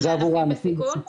זה עבור הענפים בסיכון,